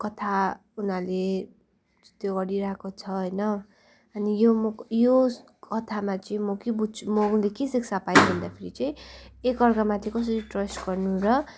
कथा उनीहरूले त्यो गरिरहेको छ होइन अनि यो म यो कथामा चाहिँ म के बुझ्छु मैले के शिक्षा पाएँ भन्दाखेरि चाहिँ एकाअर्कामाथि कसरी ट्रस्ट गर्नु र